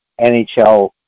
NHL